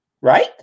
right